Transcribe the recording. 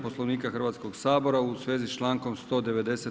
Poslovnika Hrvatskog sabora u svezi sa člankom 190.